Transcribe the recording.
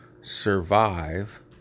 survive